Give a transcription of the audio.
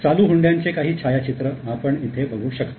चालू हुंड्याचे काही छायाचित्र आपण इथे बघू शकतो